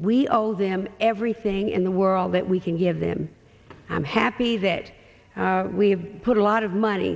we owe them everything in the world that we can give them i'm happy that we've put a lot of money